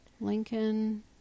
Lincoln